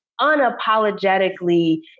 unapologetically